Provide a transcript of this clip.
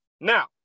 Now